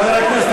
חברי הכנסת